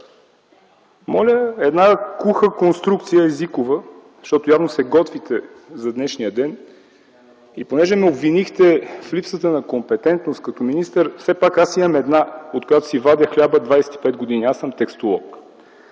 куха езикова конструкция, защото явно се готвите за днешния ден, и понеже ме обвинихте в липсата на компетентност като министър, все пак аз имам една, от която си вадя хляба 25 години – аз съм текстолог.